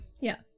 Yes